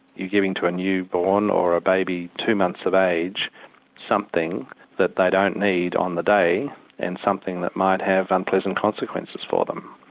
you're giving to a newborn or a baby two months of age something that they don't need on the day and something that might have unpleasant consequences for them.